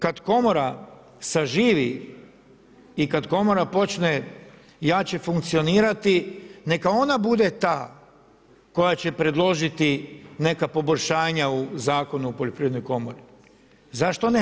Kad komora saživi i kad komora počne jače funkcionirati, neka ona bude ta koja će predložiti neka poboljšanja u Zakonu o poljoprivrednoj komori, zašto ne?